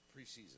preseason